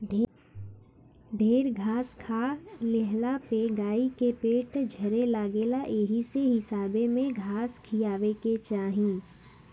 ढेर घास खा लेहला पे गाई के पेट झरे लागेला एही से हिसाबे में घास खियावे के चाही